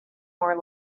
more